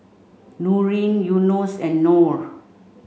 Nurin Yunos and Nor